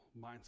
mindset